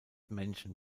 männchen